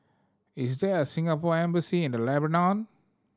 is there a Singapore Embassy in the Lebanon